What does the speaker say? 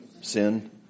Sin